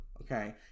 okay